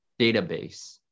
database